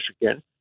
Michigan